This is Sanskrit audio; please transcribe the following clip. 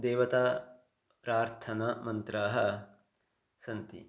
देवताप्रार्थनमन्त्राः सन्ति